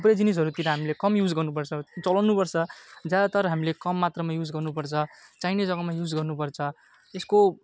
थुप्रै जिनिसहरूतिर हामीले कम युज गर्नुपर्छ चलाउनु पर्छ ज्यादातर हामीले कम मात्रामा युज गर्नुपर्छ चाहिने जग्गामा युज गर्नुपर्छ त्यसको